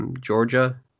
Georgia